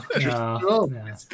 no